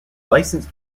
licensed